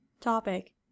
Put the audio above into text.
Topic